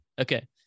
Okay